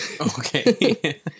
Okay